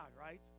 right